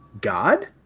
God